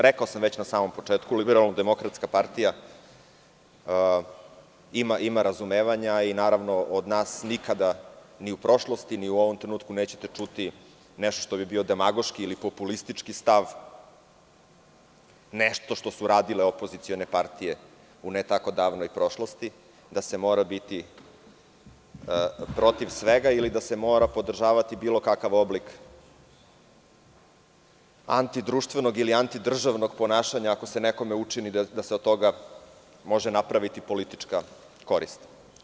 Rekao sam na samom početku LDP ima razumevanja i naravno, od nas nikada ni u prošlosti ni u ovom trenutku nećete čuti nešto što bi bio demagoški ili populistički stav, nešto što su radile opozicione partije u ne tako davnoj prošlosti, da se mora biti protiv svega ili da se mora podržavati bilo kakav oblik anti-društvenog ili antidržavnog ponašanja ako se nekome učini da se od toga može napraviti politička korist.